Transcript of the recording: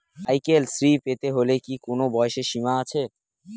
Cycle Shri পেতে হলে কি কোনো বয়সের সীমা আছে?